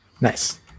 Nice